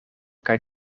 kaj